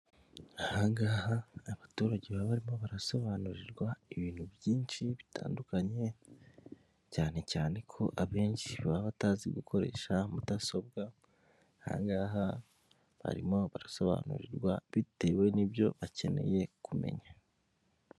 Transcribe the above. Aha ngaha abaturage baba barimo barasobanurirwa ibintu byinshi bitandukanye, cyane cyane ko abenshi baba batazi gukoresha mudasobwa, aha ngaha barimo barasobanurirwa bitewe n'ibyo bakeneye kumenya.